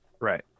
right